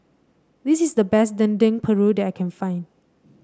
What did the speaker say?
this is the best Dendeng Paru that I can find